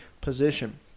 position